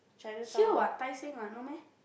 here what Tai Seng what no meh